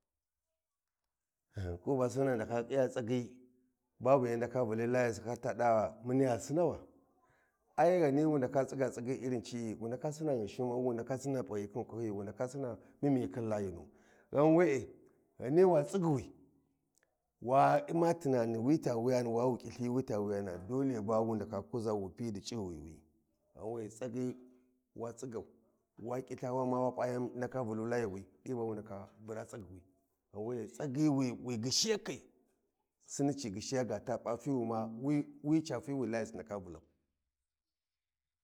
kuba sinin ndaka iya tsagyi babu yan ndake vuli layasu har tada muniya sinnawa ai ghani wu ndakea u’ma tsagyi iri cii wu ndake sina ghinshi ma’u wu ndake sina mimiyi khin layinu ghan we’e ghani wa tsigyiwi wa u’ma tinani ei ta wuyani ba wu khilthi wita wayanu dole ba wu ndake kuza wu pi di cuwuwi ghan bura tsagyuwi ghan we’e tsagyi wa tsigali wa khitha ma yam ndake vulu layiwi di bawu ndake kura tsagyawi ghan we’e tsagyi wi gyishiyakai sinni ci gyishiya ga p’a wi ca fimawi ca fi wu layasi ndake vulau